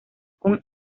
con